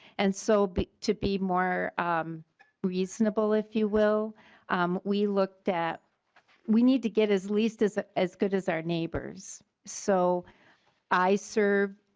and so but to be more reasonable if you will we looked at we need to get at least as ah as good as our neighbors. so i serve